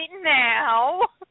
now